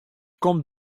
komt